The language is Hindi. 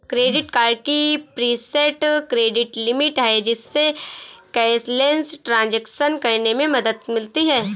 क्रेडिट कार्ड की प्रीसेट क्रेडिट लिमिट है, जिससे कैशलेस ट्रांज़ैक्शन करने में मदद मिलती है